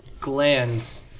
glands